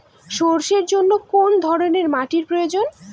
সরষের জন্য কোন ধরনের মাটির প্রয়োজন?